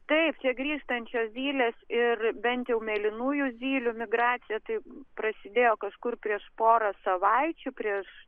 taip čia grįžtančios zylės ir bent jau mėlynųjų zylių migracija taip prasidėjo kažkur prieš porą savaičių prieš